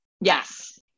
yes